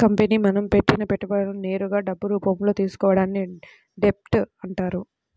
company మనం పెట్టిన పెట్టుబడులను నేరుగా డబ్బు రూపంలో తీసుకోవడాన్ని డెబ్ట్ అంటారు